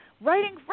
writing